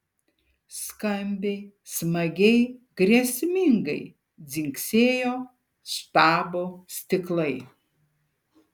skambiai smagiai grėsmingai dzingsėjo štabo stiklai